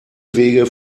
wege